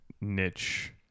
niche